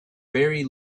very